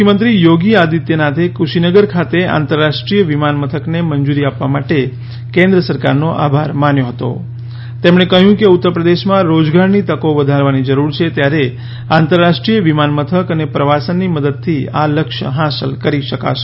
મુખ્યમંત્રી યોગી આદિત્યનાથે કુશીનગરખાતે આંતરરાષ્ટ્રીય વિમાન મથકને મંજૂરી આપવા માટે કેન્દ્ર સરકારનો આભાર માન્યો હતો તેમણે કહ્યું કે ઉત્તરપ્રદેશમાં રોજગારની તકો વધારવાની જરૂર છે ત્યારે આંતરરાષ્ટ્રીય વિમાન મથક અને પ્રવાસનની મદદથી આ લક્ષ્ય હાંસલ કરી શકાશે